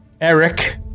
Eric